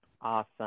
Awesome